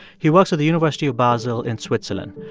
he works at the university of basel in switzerland.